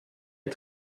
est